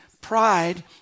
pride